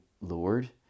Lord